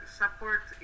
support